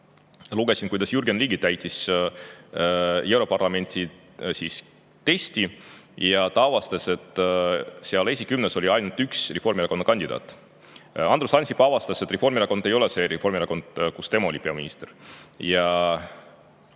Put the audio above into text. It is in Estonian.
lugesin, kuidas Jürgen Ligi täitis europarlamenditesti ja avastas, et seal esikümnes oli ainult üks Reformierakonna kandidaat. Andrus Ansip avastas, et Reformierakond ei ole see Reformierakond, kui tema oli peaminister. Ja